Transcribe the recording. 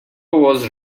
was